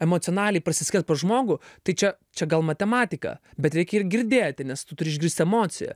emocionaliai prasiskverbt per žmogų tai čia čia gal matematika bet reikia ir girdėti nes tu turi išgirst emociją